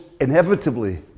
inevitably